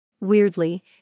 Weirdly